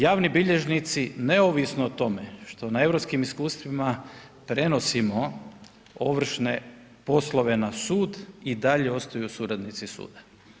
Javni bilježnici, neovisno o tome što na europskim iskustvima prenosimo ovršne poslove na sud i dalje ostaju suradnici suda.